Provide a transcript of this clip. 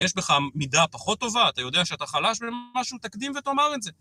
יש בך מידה פחות טובה, אתה יודע שאתה חלש במשהו, תקדים ותאמר את זה.